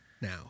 now